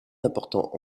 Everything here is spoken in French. importants